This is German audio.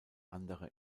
andere